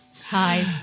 Hi